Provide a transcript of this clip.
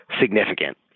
significant